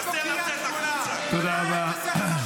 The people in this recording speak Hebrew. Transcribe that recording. תודה רבה.